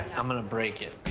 i'm gonna break it.